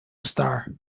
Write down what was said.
star